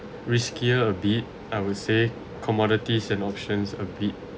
riskier a bit I would say commodities and options a bit